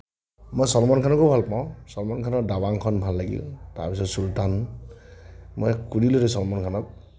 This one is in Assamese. মই ছলমান খানকো ভাল পাওঁ ছলমান খানৰ ডাবাংখন ভাল লাগিল তাৰপিছত চুলতান মই কুলী লৈছোঁ ছলমান খানক